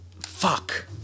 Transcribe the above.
Fuck